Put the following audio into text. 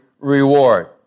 reward